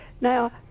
now